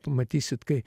pamatysit kai